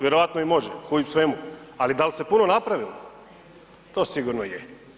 Vjerojatno i može ko i u svemu, ali dal se puno napravilo, to sigurno je.